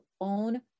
own